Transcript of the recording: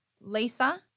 Lisa